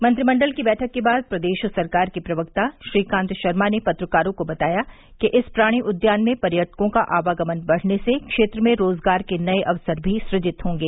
मंत्रिमंडल की बैठक के बाद प्रदेश सरकार के प्रवक्ता श्रीकांत शर्मा ने पत्रकारों को बताया कि इस प्राणि उद्यान में पर्यटकों का आवागमन बढ़ने से क्षेत्र में रोजगार के नए अवसर भी सृजित होंगे